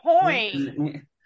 point